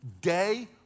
day